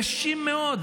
קשים מאוד,